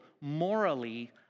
morally